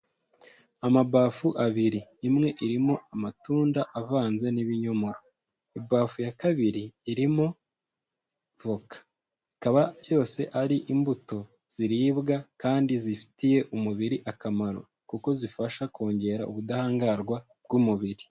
Amabafu abiri imwe irimo amatunda avanze n'ibinyomoro, ibafu ya kabiri irimo voka, bikaba byose ari imbuto ziribwa kandi zifitiye umubiri akamaro, kuko zifasha kongera ubudahangarwa bw'umubiri.